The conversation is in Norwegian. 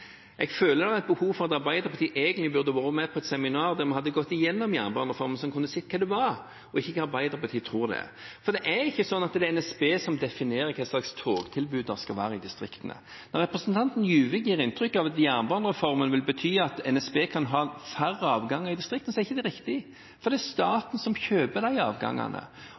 føler behov for å si at Arbeiderpartiet egentlig burde vært med på et seminar der vi hadde gått igjennom jernbanereformen, så de kunne sett hva det var, og ikke hva Arbeiderpartiet tror det er. For det er ikke sånn at det er NSB som definerer hva slags togtilbud det skal være i distriktene. Når representanten Juvik gir inntrykk av at jernbanereformen vil bety at NSB kan ha færre avganger i distriktene, er ikke det riktig, for det er staten som kjøper avgangene.